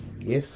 Yes